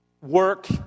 Work